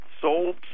sold